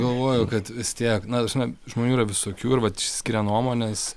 galvoju kad vis tiek na žinai žmonių yra visokių ir vat išsiskiria nuomonės